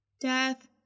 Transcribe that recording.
Death